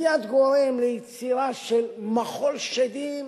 מייד גורמת ליצירה של מחול שדים,